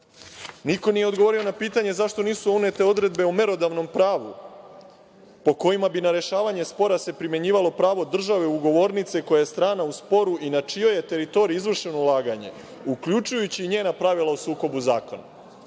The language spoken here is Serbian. Niko nije odgovorio na pitanje zašto nisu unete odredbe o merodavnom pravu po kojima bi se na rešavanje spora primenjivalo pravo države ugovornice koja je strana u sporu i na čijoj je teritoriji izvršeno ulaganje, uključujući i njena pravila u sukobu zakona. Na